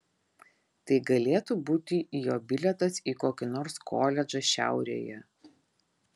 tai galėtų būti jo bilietas į kokį nors koledžą šiaurėje